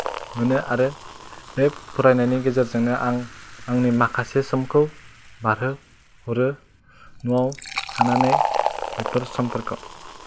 मोनो आरो बे फरायनायनि गेजेरजोंनो आं आंनि माखासे समखौ बारहोहरो न'आव थानानै बेफोर समफोरखौ